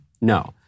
No